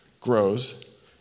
grows